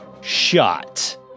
shot